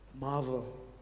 marvel